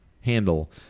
handle